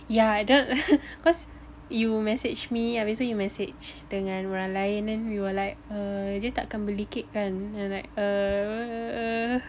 yeah don't cause you messaged me habis tu you messaged dengan orang lain kan and we were like err dia tak kan beli cake kan like err err err